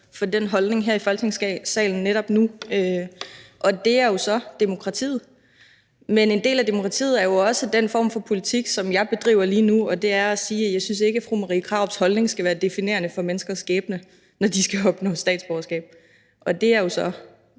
for den holdning her i Folketingssalen netop nu, og det er jo så demokratiet. Men en del af demokratiet er jo også den form for politik, som jeg bedriver lige nu, og det er at sige, at jeg ikke synes, at fru Marie Krarups holdning skal være definerende for menneskers skæbne, når de skal opnå statsborgerskab, og det er jo så